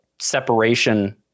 separation